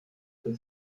von